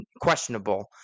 questionable